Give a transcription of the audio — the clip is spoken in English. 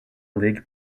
league